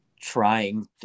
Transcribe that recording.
trying